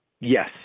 Yes